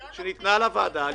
ואני מבקש דיווח לוועדה.